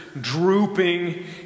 drooping